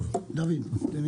טוב, דבר.